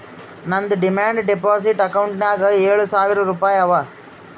ನಂದ್ demand deposit ಅಕೌಂಟ್ನಾಗ್ ಏಳ್ ಸಾವಿರ್ ರುಪಾಯಿ ಅವಾ